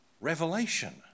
revelation